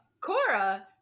Cora